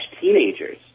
teenagers